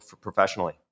professionally